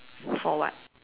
for what